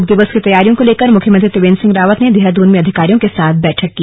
योग दिवस की तैयारियों को लेकर मुख्यमंत्री त्रिवेंद्र सिंह रावत ने देहरादून में अधिकारियों के साथ बैठक की